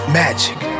magic